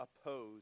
oppose